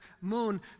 Moon